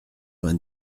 vingt